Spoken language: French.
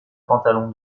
pantalon